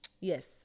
Yes